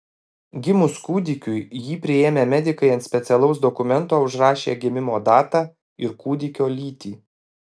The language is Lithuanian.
gimus kūdikiui jį priėmę medikai ant specialaus dokumento užrašė gimimo datą ir kūdikio lytį